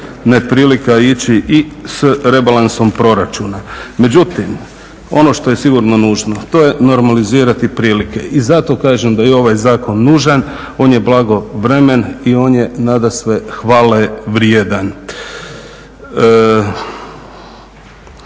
neprilika ići i s rebalansom proračuna, međutim ono što je sigurno nužno to je normalizirati prilike. I zato kažem da je ovaj zakon nužan, on je blagovremen i on je nadasve hvalevrijedan.